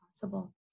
possible